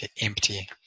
empty